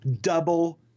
double